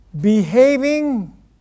behaving